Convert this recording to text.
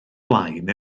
blaen